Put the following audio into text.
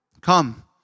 Come